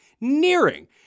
nearing